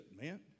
man